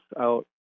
out